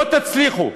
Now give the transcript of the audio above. לא תצליחו.